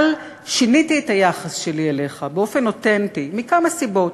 אבל שיניתי את היחס שלי אליך באופן אותנטי מכמה סיבות: